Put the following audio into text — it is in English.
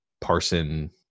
Parson